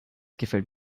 gefällt